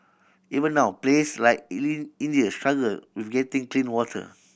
even now place like India struggle with getting clean water